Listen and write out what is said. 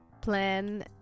plan